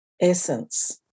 essence